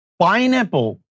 pineapple